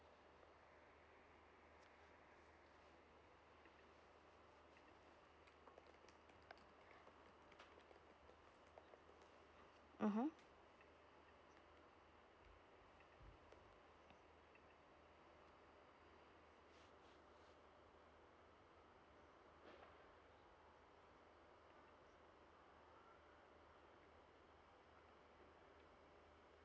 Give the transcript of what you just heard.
mmhmm